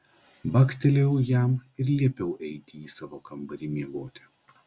bakstelėjau jam ir liepiau eiti į savo kambarį miegoti